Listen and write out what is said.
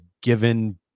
given